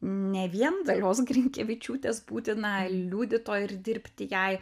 ne vien dalios grinkevičiūtės būti na liudytoja ir dirbti jai